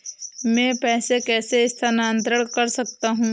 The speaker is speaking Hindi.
मैं पैसे कैसे स्थानांतरण कर सकता हूँ?